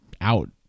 out